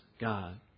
God